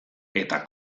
eta